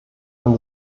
ein